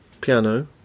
piano